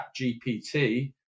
ChatGPT